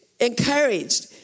encouraged